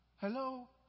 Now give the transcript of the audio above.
Hello